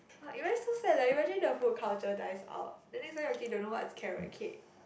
like you guys so sad leh imagine the food culture dies out then next time your kid don't know what is carrot cake